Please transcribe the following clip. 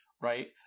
right